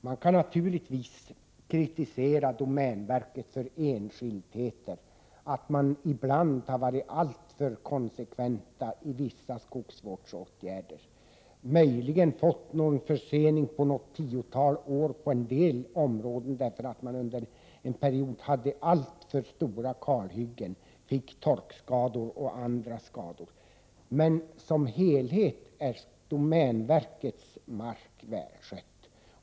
Man kan naturligtvis kritisera domänverket för enskildheter, t.ex. att ibland ha varit alltför konsekvent i vissa skogsvårdsåtgärder och möjligen fått en försening på något tiotal år på en del områden, därför att man under en period hade alltför stora kalhyggen och fick torkskador och andra skador, men som helhet är domänverkets mark väl skött.